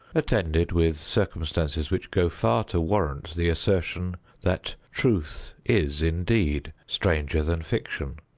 attended with circumstances which go far to warrant the assertion that truth is, indeed, stranger than fiction.